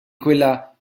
quella